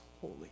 holy